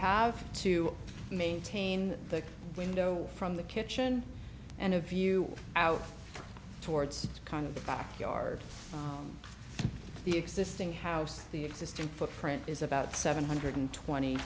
have to maintain the window from the kitchen and a view out towards kind of the back yard the existing house the existing footprint is about seven hundred twenty